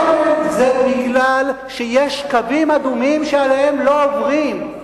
כל זה כי יש קווים אדומים, שעליהם לא עוברים.